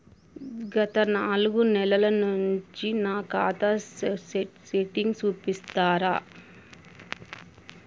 గత నాలుగు నెలల నుంచి నా ఖాతా స్టేట్మెంట్ చూపిస్తరా?